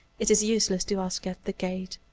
it is useless to ask at the gate.